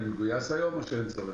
אני מגויס היום או שאין צורך?